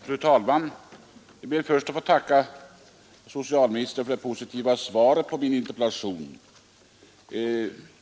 Fru talman! Jag ber först att få tacka socialministern för det positiva svaret på min interpellation.